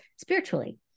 spiritually